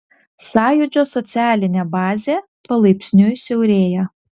sąjūdžio socialinė bazė palaipsniui siaurėja